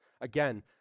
Again